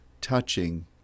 touching